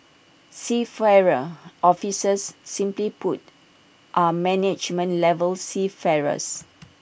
seafarer officers simply put are management level seafarers